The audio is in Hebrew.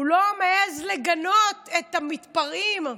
הוא לא מעז לגנות את המתפרעים,